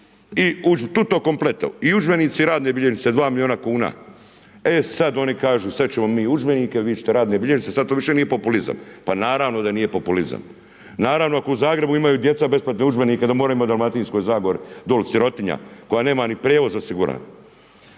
tuto-kompleto i udžbenici i radne bilježnice 2 milijuna kuna. E sada oni kažu, sada ćemo mi udžbenike, a vi ćete radne bilježnice. Sada to više nije populizam. Pa naravno da nije populizam. Naravno da ako u Zagrebu imaju djeca besplatne udžbenike da moraju imati i u Dalmatinskoj zagori dole sirotinja koja nema niti prijevoz osiguran.